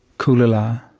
kulila.